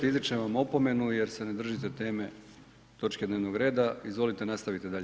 izričem vam opomenu jer se ne držite teme točke dnevnog reda, izvolite nastavite dalje.